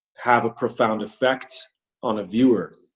have a profound effect on a viewer.